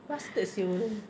bastard [siol]